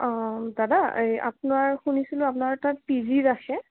অ' দাদা আপোনাৰ শুনিছিলোঁ আপোনাৰ তাত পি জি ৰাখে